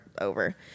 over